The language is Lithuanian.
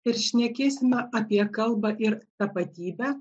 ir šnekėsime apie kalbą ir tapatybę